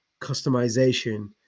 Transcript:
customization